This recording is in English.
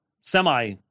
semi-